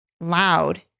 loud